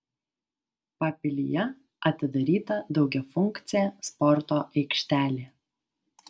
papilyje atidaryta daugiafunkcė sporto aikštelė